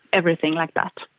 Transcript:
everything like that.